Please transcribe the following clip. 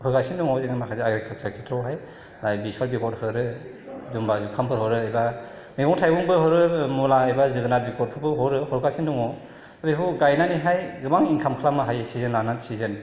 होगासिनो दङ जोंनो माखासे एग्रिकाल्चार खेत्र'आवहाय लाइक बेसर बेगर हरो जुम्बा जुखामफोर हरो एबा मैगं थाइगंबो हरो मुला एबा जोगोनार बेगरफोरबो हरो हरगासिनो दङ बेखौ गायनानैहाय गोबां इनकाम खालामनो हायो सिजोन लाना सिजोन